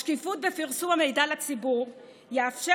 השקיפות בפרסום המידע לציבור תאפשר